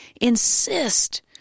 insist